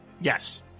Yes